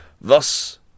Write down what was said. Thus